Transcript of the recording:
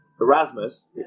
Erasmus